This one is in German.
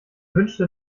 wünschte